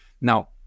Now